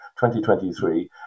2023